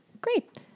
Great